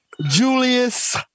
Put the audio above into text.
Julius